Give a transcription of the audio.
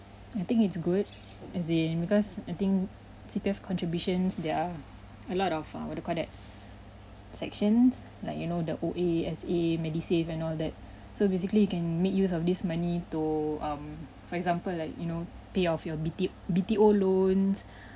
I think it's good as in because I think C_P_F contributions there are a lot of uh what do you call that sections like you know the O_A S_A MediSave and all that so basically you can make use of this money to um for example like you know pay off your B_T B_T_O loans